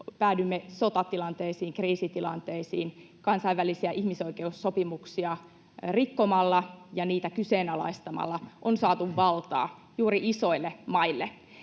päädymme sotatilanteisiin, kriisitilanteisiin. Kansainvälisiä ihmisoikeussopimuksia rikkomalla ja niitä kyseenalaistamalla on saatu valtaa juuri isoille maille.